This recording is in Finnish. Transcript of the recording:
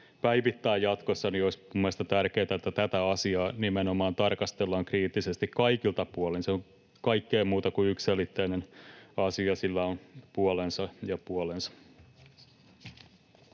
päivittämään jatkossa, niin olisi minun mielestäni tärkeää, että tätä asiaa nimenomaan tarkastellaan kriittisesti kaikilta puolin. Se on kaikkea muuta kuin yksiselitteinen asia, sillä on puolensa ja puolensa.